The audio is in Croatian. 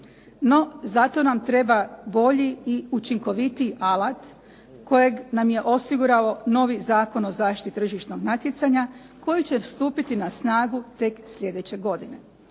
No, zato nam treba bolji i učinkovitiji alat, kojeg nam je osigurao novi Zakon o zaštiti tržišnog natjecanja koji će stupiti na snagu tek sljedeće godine.